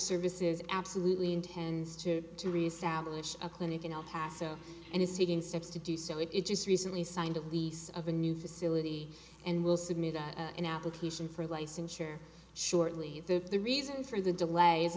services absolutely intends to to reestablish a clinic in el paso and is taking steps to do so it is just recently signed a lease of a new facility and will submit an application for licensure shortly the reason for the delay